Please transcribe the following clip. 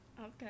okay